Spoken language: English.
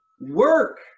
Work